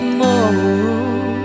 more